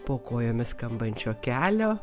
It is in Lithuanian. po kojomis skambančio kelio